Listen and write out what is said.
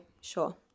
sure